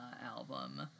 album